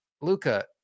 Luca